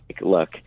look